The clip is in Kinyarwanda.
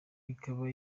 ikaba